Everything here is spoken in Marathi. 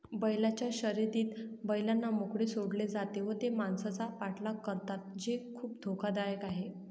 बैलांच्या शर्यतीत बैलांना मोकळे सोडले जाते व ते माणसांचा पाठलाग करतात जे खूप धोकादायक आहे